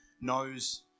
knows